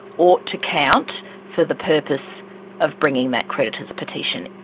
ought to count for the purpose of bringing that creditor's petition.